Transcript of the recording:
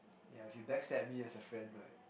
ya if you backstab me as a friend right